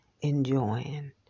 enjoying